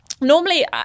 normally